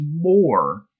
more